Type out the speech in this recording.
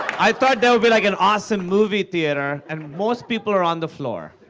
i thought there would be, like, an awesome movie theater, and most people are on the floor.